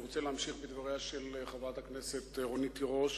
אני רוצה להמשיך את דבריה של חברת הכנסת רונית תירוש.